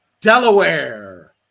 Delaware